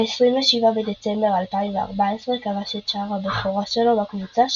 ב-27 בדצמבר 2014 כבש את שער הבכורה שלו בקבוצה,